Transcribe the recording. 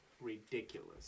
ridiculous